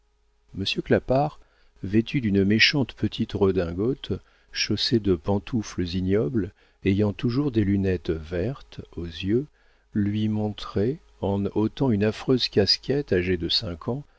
monsieur clapart vêtu d'une méchante petite redingote chaussé de pantoufles ignobles ayant toujours des lunettes vertes aux yeux lui montrait en ôtant une affreuse casquette âgée de cinq ans